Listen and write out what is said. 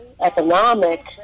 economic